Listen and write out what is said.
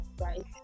right